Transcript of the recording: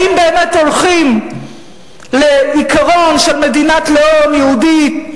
האם באמת הולכים לעיקרון של מדינת לאום יהודית,